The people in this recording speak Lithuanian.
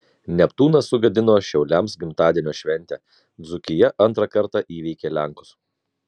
neptūnas sugadino šiauliams gimtadienio šventę dzūkija antrą kartą įveikė lenkus